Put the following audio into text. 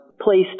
placed